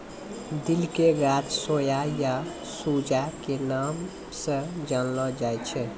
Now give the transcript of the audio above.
दिल के गाछ सोया या सूजा के नाम स जानलो जाय छै